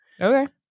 Okay